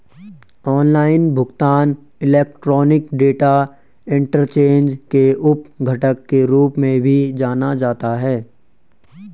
online भुगतान electronic data interchange के उप घटक के रूप में भी जाना जाता है